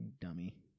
dummy